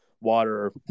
water